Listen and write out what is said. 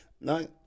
no